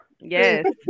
Yes